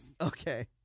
Okay